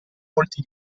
molti